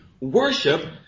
worship